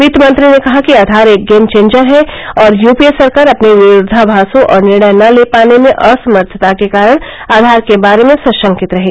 वित्त मंत्री ने कहा कि आधार एक गेम चेंजर है और यूपीए सरकार अपने विरोधाभासों और निर्णय न ले पाने में असमर्थता के कारण आधार के बारे में सशंकित रही